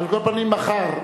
על כל פנים, מחר,